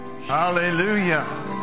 Hallelujah